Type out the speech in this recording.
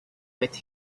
with